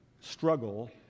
struggle